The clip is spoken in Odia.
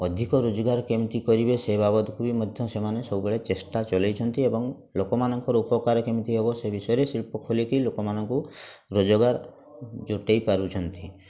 ଅଧିକ ରୋଜଗାର କେମିତି କରିବେ ସେ ବାବଦକୁ ବି ମଧ୍ୟ ସେମାନେ ସବୁବେଳେ ଚେଷ୍ଟା ଚଳେଇଛନ୍ତି ଏବଂ ଲୋକମାନଙ୍କର ଉପକାର କେମିତି ହବ ସେ ବିଷୟରେ ଶିଳ୍ପ ଖୋଲିକି ଲୋକମାନଙ୍କୁ ରୋଜଗାର ଜୁଟେଇ ପାରୁଛନ୍ତି